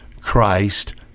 Christ